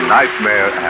Nightmare